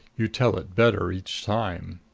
you tell it better each time.